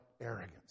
arrogance